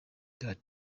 that